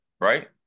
right